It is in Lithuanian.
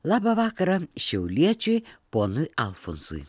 labą vakarą šiauliečiui ponui alfonsui